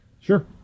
Sure